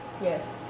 yes